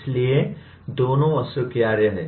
इसलिए दोनों अस्वीकार्य हैं